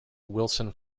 wilson